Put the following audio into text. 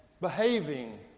behaving